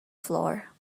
floor